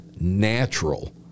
natural